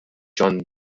john